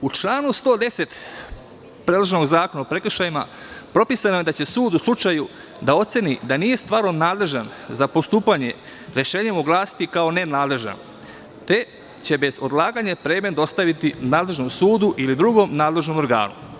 U članu 110. predloženog zakona o prekršajima propisano je da će sud, u slučaju da oceni da nije stvarno nadležan za postupanje, rešenjem se oglasiti kao nenadležan, te će bez odlaganja predmet dostaviti nadležnom sudu ili drugom nadležnom organu.